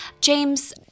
James